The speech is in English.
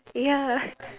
ya